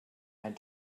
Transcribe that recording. had